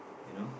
you know